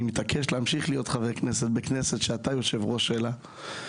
אני מתעקש להמשיך להיות חבר כנסת בכנסת שאתה יושב-ראש שלה.